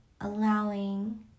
allowing